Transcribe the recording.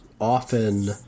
often